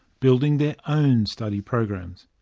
building their own study programs.